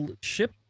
ship